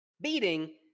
beating